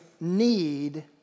need